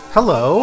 Hello